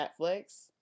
Netflix